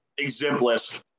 exemplist